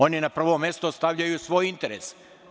Oni na prvo mesto stavljaju svoj interes.